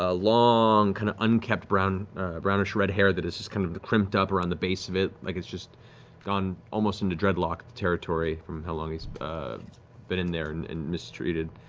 ah long kind of unkempt brownish brownish red hair that is kind of just crimped up around the base of it, like it's just gone almost into dreadlock territory from how long he's been in there and and mistreated.